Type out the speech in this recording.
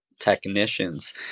technicians